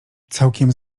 całkiem